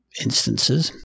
instances